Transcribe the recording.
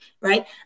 right